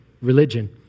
religion